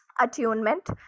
attunement